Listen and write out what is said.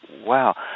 wow